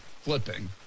flipping